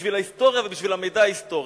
בשביל ההיסטוריה ובשביל המידע ההיסטורי,